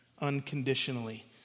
unconditionally